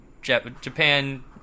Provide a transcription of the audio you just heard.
Japan